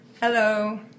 Hello